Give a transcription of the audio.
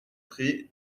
prés